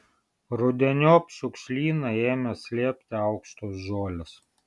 rudeniop šiukšlyną ėmė slėpti aukštos žolės